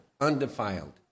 undefiled